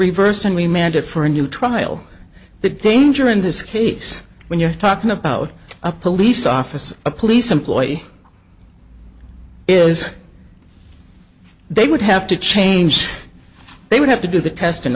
reversed and remanded for a new trial the danger in this case when you're talking about a police officer or a police employee is they would have to change they would have to do the testing